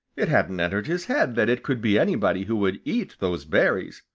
it hadn't entered his head that it could be anybody who would eat those berries.